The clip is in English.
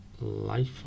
life